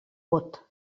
bot